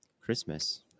Christmas